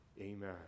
Amen